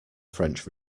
french